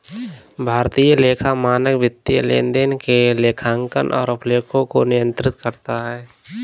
भारतीय लेखा मानक वित्तीय लेनदेन के लेखांकन और अभिलेखों को नियंत्रित करता है